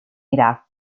iraq